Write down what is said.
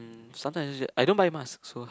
sometime I just get I don't buy mask so